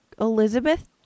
Elizabeth